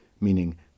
meaning